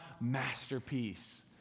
masterpiece